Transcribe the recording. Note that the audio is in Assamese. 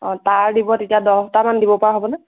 তাৰ দিব তেতিয়া দহটা মান দিব পৰা হ'ব নে